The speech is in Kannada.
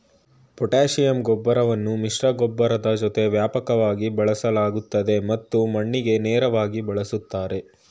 ಪೊಟ್ಯಾಷಿಯಂ ಗೊಬ್ರನ ಮಿಶ್ರಗೊಬ್ಬರದ್ ಜೊತೆ ವ್ಯಾಪಕವಾಗಿ ಬಳಸಲಾಗ್ತದೆ ಮತ್ತು ಮಣ್ಣಿಗೆ ನೇರ್ವಾಗಿ ಬಳುಸ್ತಾರೆ